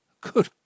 Good